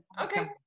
Okay